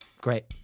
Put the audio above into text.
Great